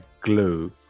glue